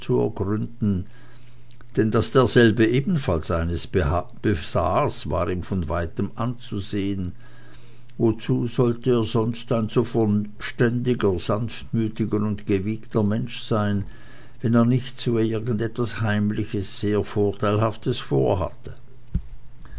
ergründen denn daß derselbe ebenfalls eines besaß war ihm von weitem anzusehen wozu sollte er sonst ein so verständiger sanftmütiger und gewiegter mensch sein wenn er nicht irgend etwas heimliches sehr vorteilhaftes vorhatte